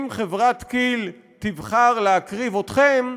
אם חברת כי"ל תבחר להקריב אתכם,